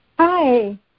Hi